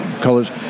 colors